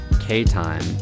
k-time